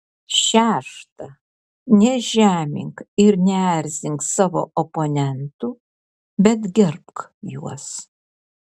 šešta nežemink ir neerzink savo oponentų bet gerbk juos